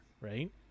right